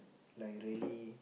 like really